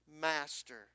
master